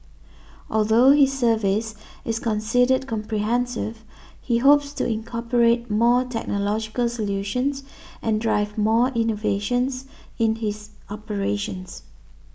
although his service is considered comprehensive he hopes to incorporate more technological solutions and drive more innovations in his operations